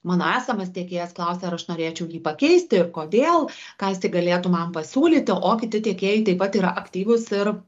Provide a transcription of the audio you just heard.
mano esamas tiekėjas klausia ar aš norėčiau jį pakeisti ir kodėl kas jis tai galėtų man pasiūlyti o kiti tiekėjai taip pat yra aktyvūs ir